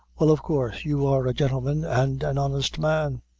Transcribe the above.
well, of course, you are a gentleman and an honest man.